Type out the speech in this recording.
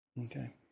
Okay